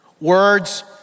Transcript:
Words